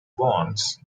bonds